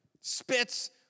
spits